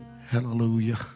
Hallelujah